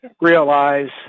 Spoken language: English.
realize